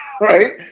right